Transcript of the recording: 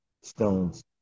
stones